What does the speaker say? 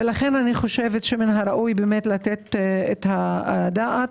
לכן אני חושבת שראוי לתת את הדעת.